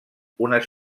unes